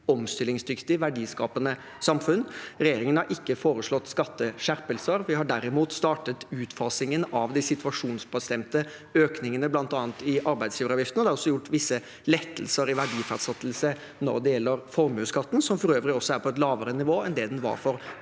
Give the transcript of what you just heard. omstillingsdyktig og verdiskapende samfunn. Regjeringen har ikke foreslått skatteskjerpelser. Vi har derimot startet utfasingen av de situasjonsbestemte økningene bl.a. i arbeidsgiveravgiften, og vi har gjort visse lettelser i verdifastsettelse når det gjelder formuesskatten, som for øvrig også er på et lavere nivå enn det den var for